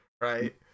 right